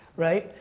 right.